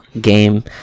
game